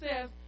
says